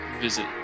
visit